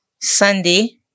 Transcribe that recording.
Sunday